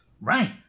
Right